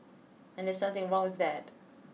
and that's something wrong with that